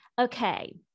Okay